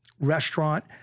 restaurant